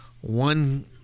one